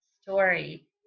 story